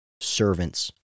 servants